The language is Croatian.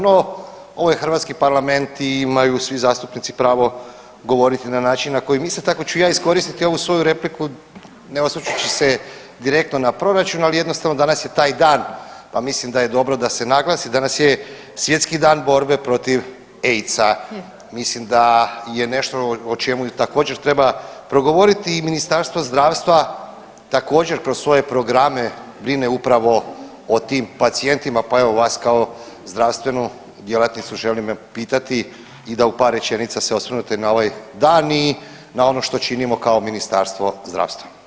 No ovo je hrvatski parlament i imaju svi zastupnici pravo govoriti na način na koji misle i tako ću i ja iskoristiti ovu svoju repliku ne osvrćući se direktno na proračun, ali jednostavno danas je taj dan, pa mislim da je dobro da se naglasi, danas je Svjetski dan borbe protiv AIDS-a, mislim da je nešto o čemu također treba progovoriti i Ministarstvo zdravstva također kroz svoje programe brine upravo o tim pacijentima, pa evo vas kao zdravstvenu djelatnicu želim pitati i da u par rečenica se osvrnete na ovaj dan i na ono što činimo kao Ministarstvo zdravstva.